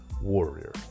warrior